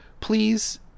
please